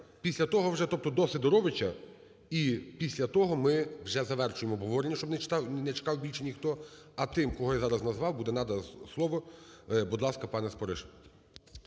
Після того вже, тобто до Сидоровича, і після того ми вже завершуємо обговорення, щоб не чекав більше ніхто. А тим, кого я зараз назвав, буде надано слово. Будь ласка, пане Спориш.